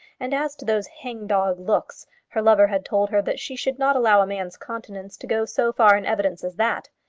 and as to those hang-dog looks her lover had told her that she should not allow a man's countenance to go so far in evidence as that!